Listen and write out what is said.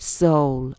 soul